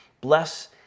Bless